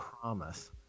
promise